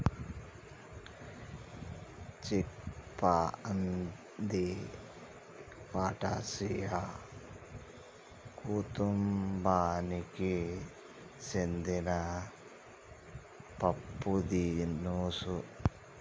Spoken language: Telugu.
చిక్ పా అంది ఫాటాసియా కుతుంబానికి సెందిన పప్పుదినుసు